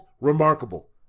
remarkable